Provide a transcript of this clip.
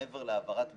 מעבר להעברת המידע,